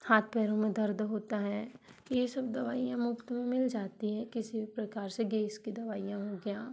हाथ पैरों में दर्द होता है ये सब दवाइयाँ मुफ़्त में मिल जाती हैं किसी भी प्रकार से गैस की दवाइयाँ हो गया